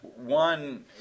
one